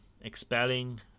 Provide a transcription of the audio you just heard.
expelling